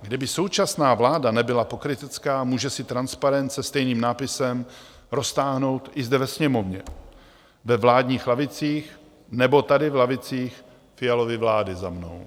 Kdyby současná vláda nebyla pokrytecká, může si transparent se stejným nápisem roztáhnout i zde ve Sněmovně, ve vládních lavicích nebo tady v lavicích Fialovy vlády za mnou.